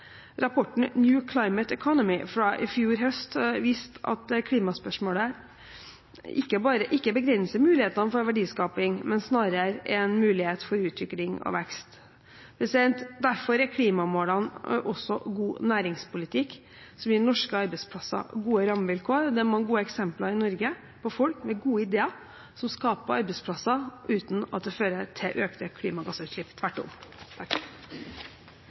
Rapporten New Climate Economy fra i fjor høst viste at klimaspørsmålet ikke begrenser mulighetene for verdiskaping, men snarere er en mulighet for utvikling og vekst. Derfor er klimamålene også god næringspolitikk som gir norske arbeidsplasser gode rammevilkår, og det er mange gode eksempler i Norge på folk med gode ideer som skaper arbeidsplasser uten at det fører til økte klimagassutslipp – tvert om.